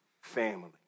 family